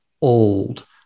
old